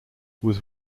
was